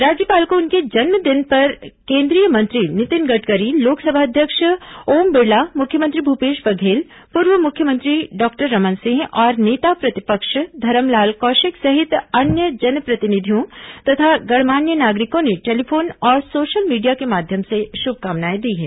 राज्यपाल को उनके जन्मदिन पर केंद्रीय मंत्री नितिन गडकरी लोकसभा अध्यक्ष ओम बिड़ला मुख्यमंत्री भूपेश बघेल पूर्व मुख्यमंत्री डॉक्टर रमन सिंह और नेता प्रतिपक्ष धरमलाल कौशिक सहित अन्य जनप्रतिनिधियों तथा गणमान्य नागरिकों ने टेलीफोन और सोशल मीडिया के माध्यम से श्भकामनाएं दी हैं